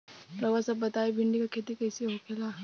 रउआ सभ बताई भिंडी क खेती कईसे होखेला?